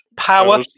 Power